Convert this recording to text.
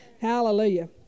Hallelujah